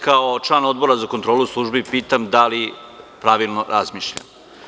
Kao član Odbora za kontrolu službe bezbednosti se pitam da li pravilno razmišljam?